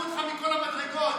בושה.